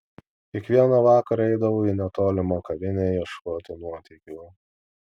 kiekvieną vakarą eidavau į netolimą kavinę ieškoti nuotykių